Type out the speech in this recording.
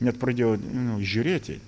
net pradėjau nu žiūrėti